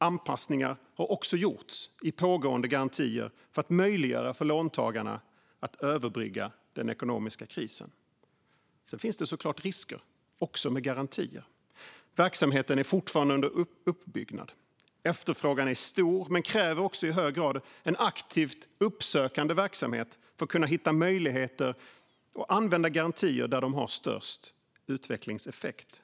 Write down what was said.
Anpassningar har också gjorts i pågående garantier för att möjliggöra för låntagarna att överbrygga den ekonomiska krisen. Sedan finns det såklart risker också med garantier. Verksamheten är fortfarande under uppbyggnad. Efterfrågan är stor men kräver också i hög grad en aktiv uppsökande verksamhet för att kunna hitta möjligheter och använda garantier där de har störst utvecklingseffekt.